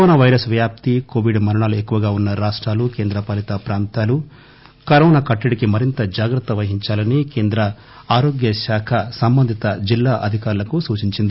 corona virus వ్యాప్తి Covid మరణాలు ఎక్కువగా ఉన్న రాష్టాలు కేంద్రపాలిత ప్రాంతాలు కరోనా కట్టడికి మరింత జాగ్రత్త వహించాలని కేంద్ర ఆరోగ్య శాఖ సంబందిత జిల్లాల అధికారులకు సూచించింది